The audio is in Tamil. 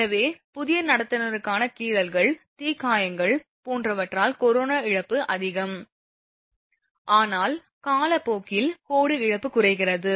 எனவே புதிய நடத்துனருக்கான கீறல்கள் தீக்காயங்கள் போன்றவற்றால் கொரோனா இழப்பு அதிகம் ஆனால் காலப்போக்கில் கோடு இழப்பு குறைகிறது